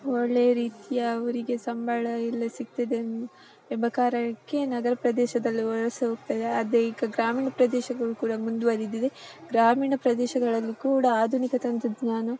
ಒಳ್ಳೆಯ ರೀತಿಯ ಅವರಿಗೆ ಸಂಬಳ ಎಲ್ಲ ಸಿಗ್ತದೆ ಎಂಬ ಕಾರಣಕ್ಕೆ ನಗರ ಪ್ರದೇಶದಲ್ಲಿ ವಲಸೆ ಹೋಗ್ತಾರೆ ಅದೇ ಈಗ ಗ್ರಾಮೀಣ ಪ್ರದೇಶಗಳು ಕೂಡ ಮುಂದುವರಿದಿದೆ ಗ್ರಾಮೀಣ ಪ್ರದೇಶಗಳಲ್ಲೂ ಕೂಡ ಆಧುನಿಕ ತಂತ್ರಜ್ಞಾನ